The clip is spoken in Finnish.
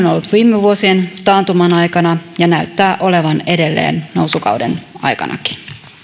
on ollut viime vuosien taantuman aikana ja näyttää olevan edelleen nousukauden aikanakin